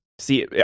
See